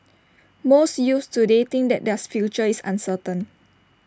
most youths today think that theirs future is uncertain